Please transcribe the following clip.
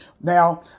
Now